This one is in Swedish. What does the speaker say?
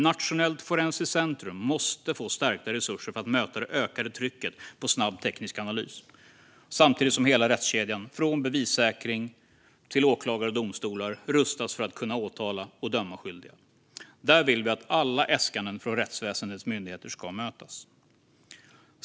Nationellt forensiskt centrum måste få stärkta resurser för att möta det ökade trycket på snabb teknisk analys, samtidigt som hela rättskedjan, från bevissäkring till åklagare och domstolar, rustas för att kunna åtala och döma skyldiga. Där vill vi att alla äskanden från rättsväsendets myndigheter ska mötas.